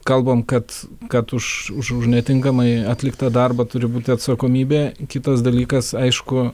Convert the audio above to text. kalbam kad kad už už už netinkamai atliktą darbą turi būti atsakomybė kitas dalykas aišku